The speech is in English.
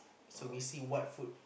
so we see what food